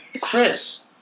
Chris